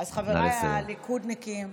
אז חבריי הליכודניקים,